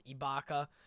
Ibaka